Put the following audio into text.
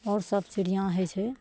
आओर सब चिड़िआँ होइ छै